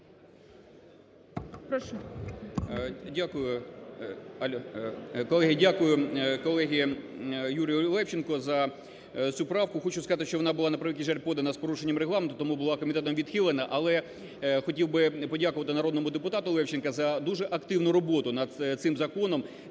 дякую, Юрію Левченку за цю правку. Хочу сказати, що вона була, на превеликий жаль, подана з порушенням Регламенту. Тому була комітетом відхилена. Але хотів би подякувати народному депутату Левченку за дуже активну роботу над цим законом.